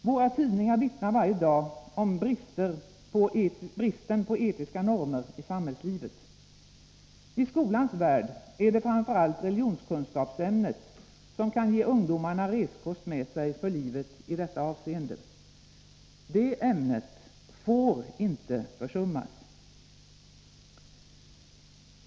Våra tidningar vittnar varje dag om bristen på etiska normer i samhällslivet. I skolans värld är det framför allt religionskunskapsämnet som kan ge ungdomarna reskost med sig för livet i detta avseende. Det ämnet får inte försummas.